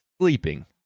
sleeping